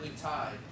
tied